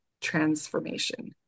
transformation